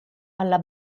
alla